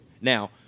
Now